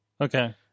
Okay